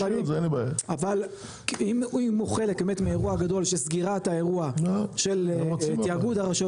אם הוא חלק מהאירוע הגדול של סגירת האירוע של תאגוד הרשויות